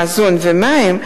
מזון ומים,